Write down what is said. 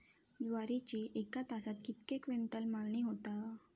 ज्वारीची एका तासात कितके क्विंटल मळणी होता?